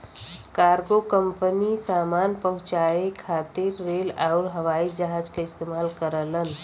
cargo company सामान पहुंचाये खातिर रेल आउर हवाई जहाज क इस्तेमाल करलन